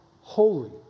holy